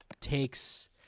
takes